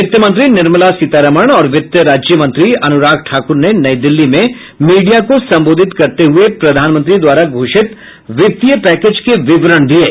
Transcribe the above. वित्त मंत्री निर्मला सीतारामन और वित्त राज्य मंत्री अनुराग ठाकुर ने नई दिल्ली में मीडिया को संबोधित करते हुए प्रधानमंत्री द्वारा घोषित वित्तीय पैकेज के विवरण दिये